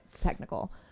technical